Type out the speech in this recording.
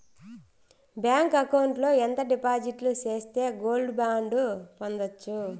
Bank account లో ఎంత డిపాజిట్లు సేస్తే గోల్డ్ బాండు పొందొచ్చు?